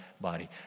body